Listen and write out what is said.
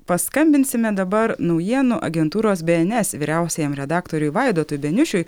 paskambinsime dabar naujienų agentūros bns vyriausiajam redaktoriui vaidotui beniušiui